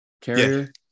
carrier